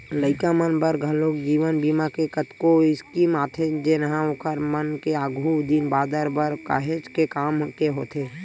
लइका मन बर घलोक जीवन बीमा के कतको स्कीम आथे जेनहा ओखर मन के आघु दिन बादर बर काहेच के काम के होथे